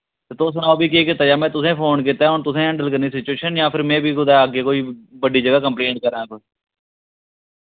ते तुस सनाओ फ्ही केह् कीता जा में तुसेंगी फोन कीता ऐ हून तुसें हैंडल करनी सिचुएशन जां फिर में फ्ही कुतै अग्गे कोई बड्डी जगह कम्प्लेन करां कोई